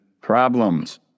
problems